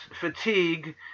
fatigue